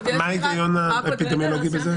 מה ההיגיון האפידמיולוגי בזה?